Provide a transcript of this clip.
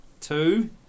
two